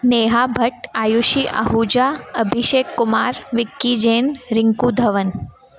Neha Bhat Aayushi Ahuja Abhishek Kumar Vicky Jain Rinku Dhawan